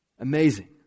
Amazing